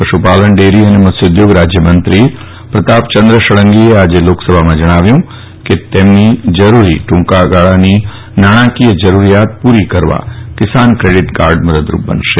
પશુપાલન ડેરી અને મત્સ્યોદ્યોગ રાજયમંત્રી પ્રતાપચંદ્ર ષડંગીએ આજે લોકસભામાં જજ્ઞાવ્યું કે તેમની જરૂરી ટૂંકાગાળાની નાણાકીય જરૂરિયાત પૂરી કરવા કિસાન ક્રેડીટ કાર્ડ મદદરૂપ બનશે